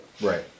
right